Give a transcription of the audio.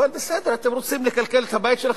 בסדר, אתם רוצים לקלקל את הבית שלכם?